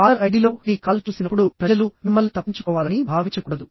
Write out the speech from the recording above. caller ఐడిలో మీ call చూసినప్పుడు ప్రజలు మిమ్మల్ని తప్పించుకోవాలని భావించకూడదు